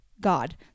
God